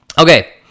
okay